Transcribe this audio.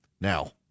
Now